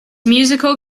musical